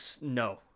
No